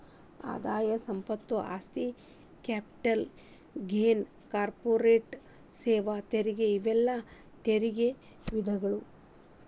ಆದಾಯ ಸಂಪತ್ತು ಆಸ್ತಿ ಕ್ಯಾಪಿಟಲ್ ಗೇನ್ಸ್ ಕಾರ್ಪೊರೇಟ್ ಸೇವಾ ತೆರಿಗೆ ಇವೆಲ್ಲಾ ತೆರಿಗೆ ವಿಧಗಳು